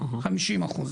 חמישים אחוז,